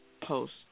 post